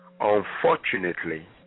Unfortunately